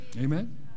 Amen